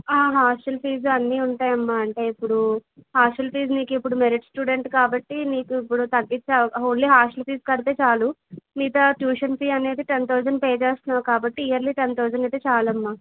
hostel fees అన్నీ ఉంటాయమ్మా అంటే ఇప్పుడు హాస్టల్ ఫీజు మీకిప్పుడు మెరిట్ స్టూడెంట్ కాబట్టి మీకు ఇప్పుడు తగ్గించే అవకాశం ఓన్లీ హాస్టల్ ఫీజు కడితే చాలు మిగతా ట్యూషన్ ఫీజు అనేది టెన్ థౌసండ్ పే చేస్తున్నావు కాబట్టి ఇయర్లీ టెన్ థౌసండ్ అయితే చాలమ్మ